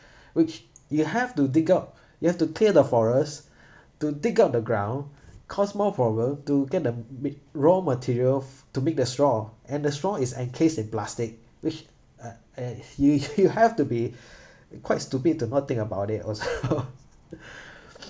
which you have to dig up you have to clear the forest to dig up the ground cause more problem to get the ma~ raw material f~ to make the straw and the straw is encased in plastic which uh and you you have to be quite stupid to not think about it also